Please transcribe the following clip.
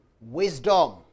wisdom